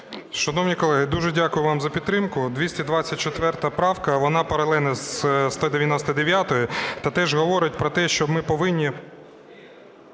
Шановні колеги, дуже дякую вам за підтримку. 224 правка, вона паралельна зі 199-ю та теж говорить про те, що ми повинні